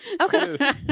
okay